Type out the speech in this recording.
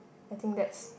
I think that's